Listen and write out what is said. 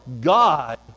God